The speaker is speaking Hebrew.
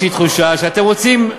יש לי תחושה שאתם רוצים,